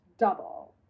double